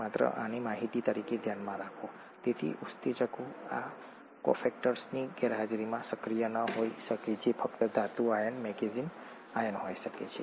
માત્ર આને માહિતી તરીકે ધ્યાનમાં રાખો તેથી ઉત્સેચકો આ કોફેક્ટર્સની ગેરહાજરીમાં સક્રિય ન હોઈ શકે જે ફક્ત ધાતુ આયન મેંગેનીઝ આયન હોઈ શકે છે